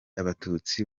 abatutsi